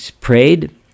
prayed